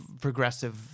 progressive